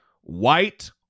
white